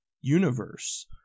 universe